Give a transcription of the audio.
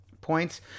points